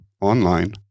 online